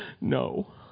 No